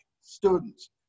students